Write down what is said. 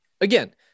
Again